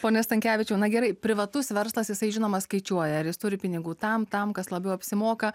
pone stankevičiau na gerai privatus verslas jisai žinoma skaičiuoja ar jis turi pinigų tam tam kas labiau apsimoka